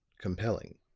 compelling.